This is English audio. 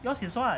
yours is what